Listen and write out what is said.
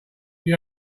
you